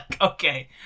okay